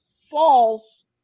false